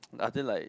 are they like